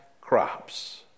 crops